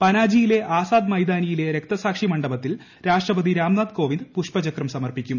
പനാജിയിലെ ആസാദ് മൈതാനിയിലെ രക്തസാക്ഷിമണ്ഡപത്തിൽ രാഷ്ട്രപതി രാംനാഥ് കോവിന്ദ് പുഷ്പചക്രം സമർപ്പിക്കും